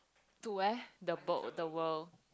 to where the boat the world